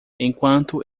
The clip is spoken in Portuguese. enquanto